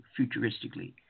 futuristically